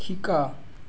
শিকা